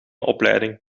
opleiding